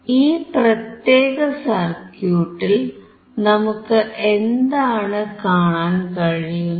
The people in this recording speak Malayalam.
ഈ പ്രത്യേക സർക്യൂട്ടിൽ നമുക്ക് എന്താണ് കാണാൻ കഴിയുന്നത്